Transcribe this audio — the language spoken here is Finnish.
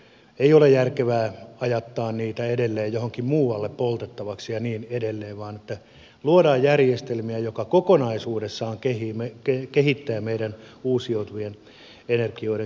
ei ole järkevää ajattaa niitä edelleen johonkin muualle poltettavaksi ja niin edelleen vaan luodaan järjestelmiä jotka kokonaisuudessaan kehittävät meidän uusiutuvien energioiden käyttömahdollisuuksia